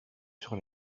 sur